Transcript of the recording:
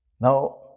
Now